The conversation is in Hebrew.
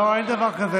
למה עמדה נוספת?